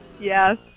Yes